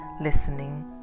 Listening